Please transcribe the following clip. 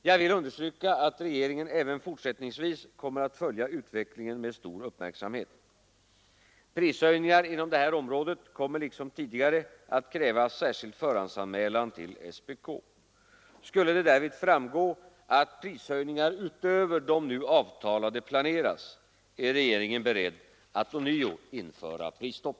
Jag vill understryka att regeringen även fortsättningsvis kommer att följa utvecklingen med stor uppmärksamhet. Prishöjningar inom det här området kommer liksom tidigare att kräva särskild förhandsanmälan till SPK. Skulle det därvid framgå att prishöjningar utöver de nu avtalade planeras är regeringen beredd att ånyo införa prisstopp.